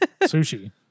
sushi